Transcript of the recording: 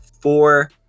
four